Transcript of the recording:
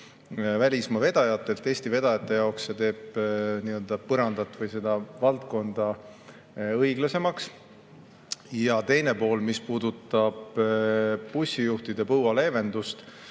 välismaa vedajatelt, Eesti vedajate jaoks teeb see nii-öelda põrandat või seda valdkonda õiglasemaks. Teine pool, mis puudutab bussijuhtide põua leevendust,